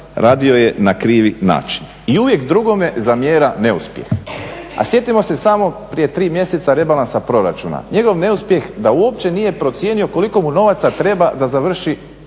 radio je na krivi način. I uvijek drugome zamjera neuspjeh. A sjetimo se samo prije tri mjeseca rebalansa proračuna. Njegov neuspjeh da uopće nije procijenio koliko mu novaca treba da završi